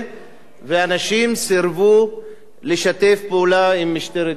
ואנשים סירבו לשתף פעולה עם משטרת ישראל.